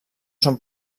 són